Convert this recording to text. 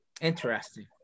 Interesting